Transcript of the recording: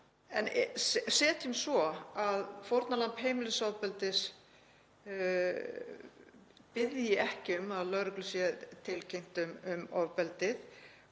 En setjum svo að fórnarlamb heimilisofbeldis biðji ekki um að lögreglu sé tilkynnt um ofbeldið